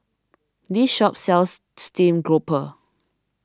this shop sells Steamed Grouper